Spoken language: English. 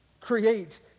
Create